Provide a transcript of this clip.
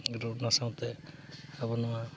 ᱟᱨ ᱚᱱᱟ ᱥᱟᱶᱛᱮ ᱟᱵᱚ ᱱᱚᱣᱟ